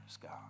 God